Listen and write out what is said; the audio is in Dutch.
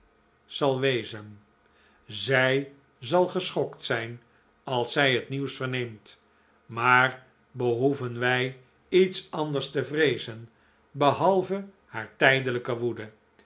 zal wezen zij zal geschokt zijn als zij het nieuws verneemt maar behoeven wij iets anders te vreezen behalve haar tijdelijke woede